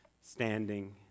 standing